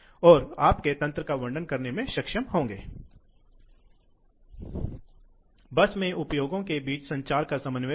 इसलिए हम यह देखने जा रहे हैं कि जब आप पंप या पंखे को एक साथ लोड से जोड़ते हैं तो ऑपरेटिंग बिंदु कैसे स्थापित किया जाता है दबाव क्या होगा जो प्रवाह के साथ काम करता है